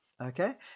Okay